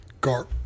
Garp